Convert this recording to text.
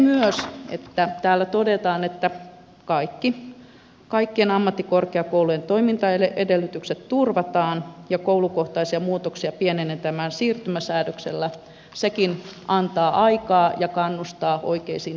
myös se että täällä todetaan että kaikkien ammattikorkeakoulujen toimintaedellytykset turvataan ja koulukohtaisia muutoksia pienennetään siirtymäsäädöksellä antaa aikaa ja kannustaa oikeisiin tekoihin alueella